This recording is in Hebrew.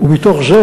ומתוך זה,